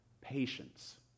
patience